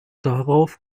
darauf